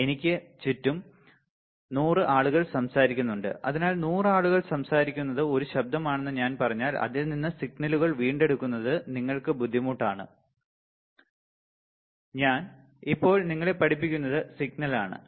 എനിക്ക് ചുറ്റും 100 ആളുകൾ സംസാരിക്കുന്നുണ്ട് അതിനാൽ 100 ആളുകൾ സംസാരിക്കുന്നത് ഒരു ശബ്ദമാണെന്ന് ഞാൻ പറഞ്ഞാൽ അതിൽ നിന്ന് സിഗ്നലുകൾ വീണ്ടെടുക്കുന്നത് നിങ്ങൾക്ക് ബുദ്ധിമുട്ടാണ് ഞാൻ ഇപ്പോൾ നിങ്ങളെ പഠിപ്പിക്കുന്നത് സിഗ്നൽ ആണു